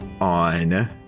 on